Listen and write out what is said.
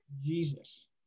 Jesus